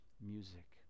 music